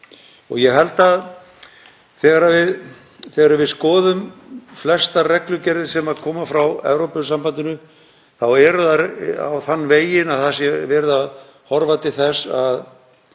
Ég held að þegar við skoðum flestar reglugerðir sem koma frá Evrópusambandinu séu þær á þann veginn að það sé verið að horfa til þess að